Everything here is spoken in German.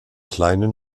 kleinen